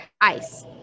ice